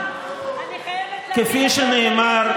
אני חייבת, כפי שנאמר,